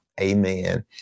Amen